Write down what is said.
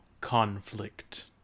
conflict